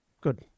Good